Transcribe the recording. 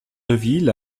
deville